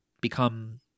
become